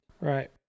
Right